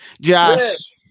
Josh